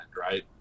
right